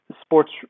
sports